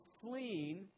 fleeing